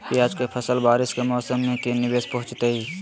प्याज के फसल बारिस के मौसम में की निवेस पहुचैताई?